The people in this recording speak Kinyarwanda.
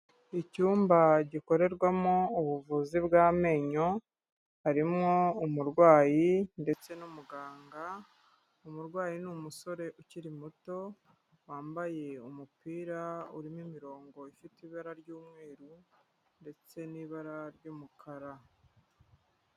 Icyumba gikorerwamo ubuvuzi bw'amenyo, harimo umurwayi ndetse n'umuganga, umurwayi ni umusore ukiri muto, wambaye umupira urimo imirongo ifite ibara ry'umweru ndetse n'ibara ry'umukara.